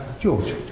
George